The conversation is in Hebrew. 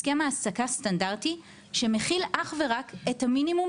הסכם העסקה סטנדרטי שמכיל רק את המינימום